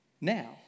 Now